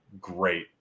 Great